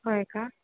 होय का